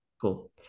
cool